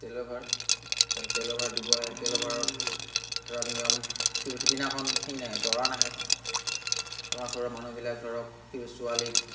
তেলৰ ভাৰ তাৰপিছত তেলৰ ভাৰ দিব আহে তেলৰ ভাৰত ধৰক নিয়ম কিন্তু সিদিনাখন সেই নাহে দৰা নাহে আমাৰ ঘৰৰ মানুহবিলাক ধৰক কি বুলি ছোৱালীক